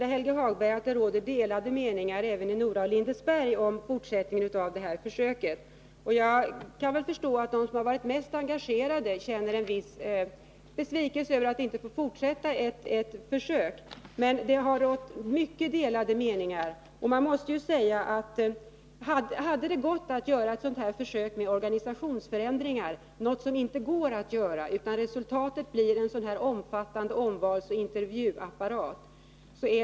Herr talman! Jag kan förstå att de som har varit mest engagerade känner en viss besvikelse över att inte få fortsätta med försöket, men jag försäkrar Helge Hagberg att det råder mycket delade meningar även i Nora och Lindesberg om fortsättningen av det här försöket. Hade det gått att göra ett försök med organisationsförändringar hade det varit bra, men det går inte, utan resultatet blir en omfattande intervjuapparat.